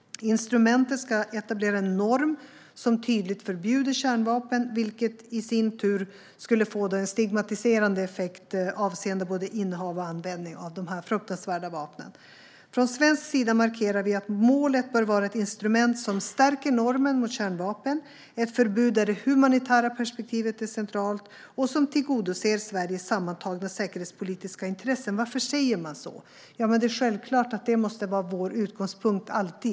Instrumentet ska etablera en norm som tydligt förbjuder kärnvapen, vilket i sin tur skulle få en stigmatiserande effekt avseende både innehav och användning av de här fruktansvärda vapnen. Från svensk sida markerade vi att målet bör vara ett instrument som stärker normen mot kärnvapen - ett förbud där det humanitära perspektivet är centralt och som tillgodoser Sveriges sammantagna säkerhetspolitiska intressen. Varför säger man då så? Ja, det är ju självklart att det alltid måste vara vår utgångspunkt.